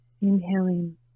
Inhaling